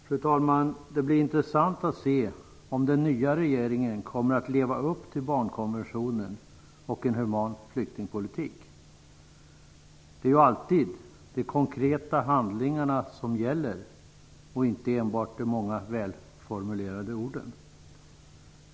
Fru talman! Det blir intressant att se om den nya regeringen kommer att leva upp till barnkonventionen och en human flyktingpolitik. Det är ju alltid de konkreta handlingarna som gäller och inte enbart de många välformulerade orden.